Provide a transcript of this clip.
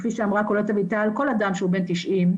כמו שאמרה קולט אביטל, כל אדם שהוא בן תשעים,